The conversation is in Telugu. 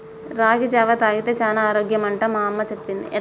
రాగి జావా తాగితే చానా ఆరోగ్యం అంట మా అమ్మ చెప్పింది